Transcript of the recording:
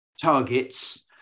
targets